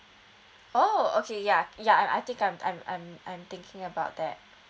oh okay ya ya I think I'm I'm I'm I'm thinking about that